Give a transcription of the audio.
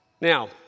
Now